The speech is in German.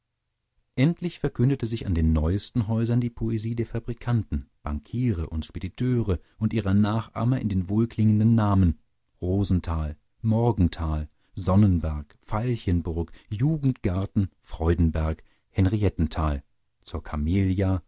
endlich verkündete sich an den neuesten häusern die poesie der fabrikanten bankiere und spediteure und ihrer nachahmer in den wohlklingenden namen rosental morgental sonnenberg veilchenburg jugendgarten freudenberg henriettental zur camelia